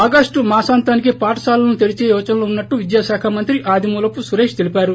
August మాసాంతానికి పాఠశాలలను తెరిచే యోచనలో ఉన్నట్టు విద్యాశాఖ మంత్రి ఆదిమూలపు సురేష్ తెలిపారు